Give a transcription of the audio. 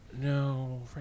No